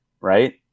right